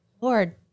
Lord